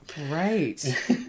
Right